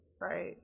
Right